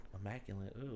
immaculate